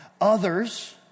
others